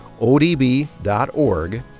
odb.org